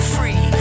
Free